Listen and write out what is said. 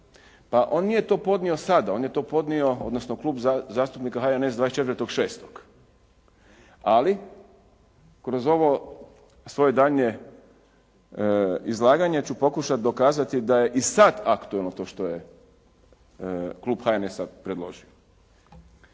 On nije to podnio sada. On je to podnio, odnosno Klub zastupnika HNS-a 24.6. ali kroz ovo svoje daljnje izlaganje ću pokušati dokazati da je i sad aktualno to što je klub HNS-a predložio.